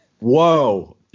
Whoa